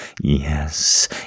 yes